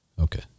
Okay